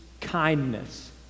kindness